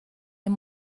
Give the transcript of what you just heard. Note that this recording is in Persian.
این